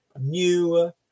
new